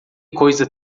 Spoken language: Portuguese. coisa